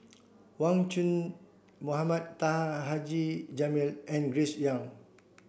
Wang Chunde Mohamed Taha Haji Jamil and Grace Young